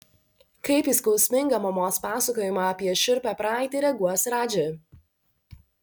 kaip į skausmingą mamos pasakojimą apie šiurpią praeitį reaguos radži